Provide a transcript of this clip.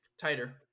tighter